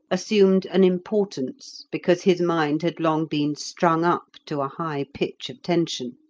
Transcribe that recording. assumed an importance, because his mind had long been strung up to a high pitch of tension.